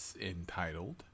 entitled